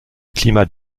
climat